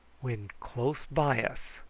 when close by us,